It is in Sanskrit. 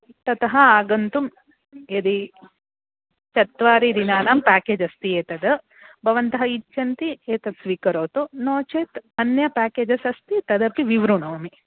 ततः आगन्तुं यदि चत्वारिदिनानां पेकेज् अस्ति एतद् भवन्तः इच्छन्ति एतत् स्वीकरोतु नो चेत् अन्य पेकेजस् अस्ति तदपि विवृणोमि